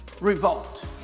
Revolt